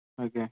ଆଜ୍ଞା